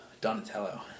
Donatello